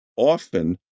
Often